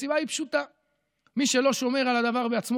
הסיבה היא פשוטה: מי שלא שומר על הדבר בעצמו